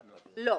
לא.